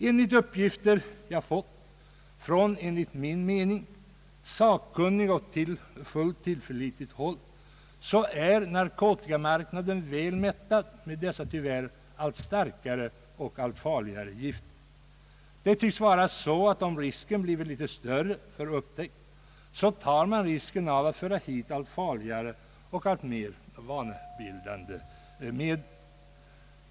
Enligt uppgifter jag fått från som jag anser sakkunnigt och fullt tillförlitligt håll är narkotikamarknaden väl mättad med dessa tyvärr allt starkare och allt farligare gifter. Det tycks vara så att om risken blir litet större för upptäckt, tar man risken av att föra hit allt farligare och allt mer vanebildande medel.